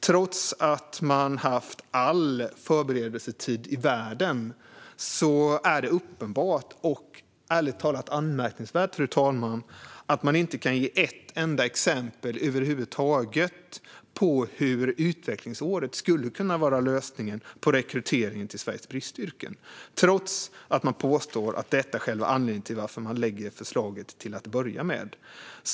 Trots att man haft all förberedelsetid i världen är det uppenbart och, ärligt talat, anmärkningsvärt att man inte kan ge ett enda exempel på hur utvecklingsåret skulle kunna vara lösningen när det gäller rekrytering till Sveriges bristyrken. Ändå påstår man att detta är själva anledningen till att man lägger fram förslaget till att börja med.